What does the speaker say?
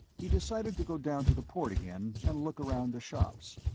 he decided to go down to the port again and look around the shops.